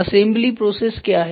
assembly process क्या है